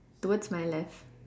towards my left